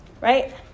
right